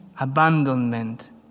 abandonment